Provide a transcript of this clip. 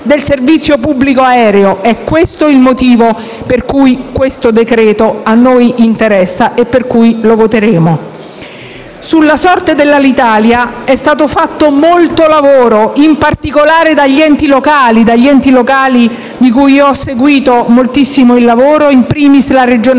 del servizio pubblico aereo. È questo il motivo per cui il decreto-legge in esame ci interessa e per cui lo voteremo. Sulla sorte di Alitalia è stato fatto molto lavoro, in particolare dagli enti locali (di cui ho seguito moltissimo il lavoro), *in primis* dalla Regione